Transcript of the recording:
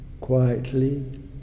quietly